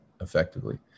effectively